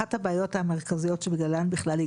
בתיקון 8 לקחו אותו מהסדר חקיקתי שכבר קיים.